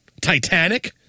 Titanic